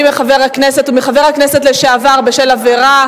מחבר הכנסת ומחבר הכנסת לשעבר בשל עבירה,